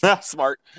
Smart